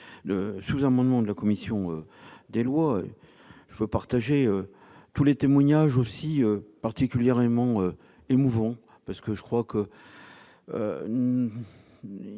sous-amendement de la commission des lois, je peux partager tous les témoignages particulièrement émouvants qui ont été